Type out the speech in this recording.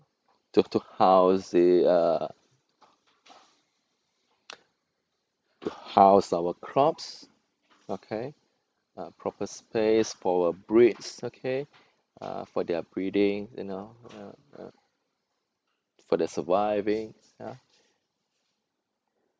to to how to say uh house our crops okay a proper space for our breeds okay uh for their breeding you know ya ya for their surviving ya